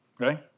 Okay